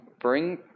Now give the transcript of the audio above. bring